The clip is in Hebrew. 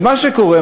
ומה שקורה,